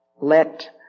Let